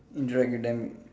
drag them